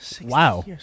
Wow